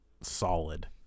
solid